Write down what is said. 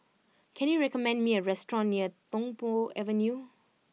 can you recommend me a restaurant near Tung Po Avenue